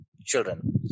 children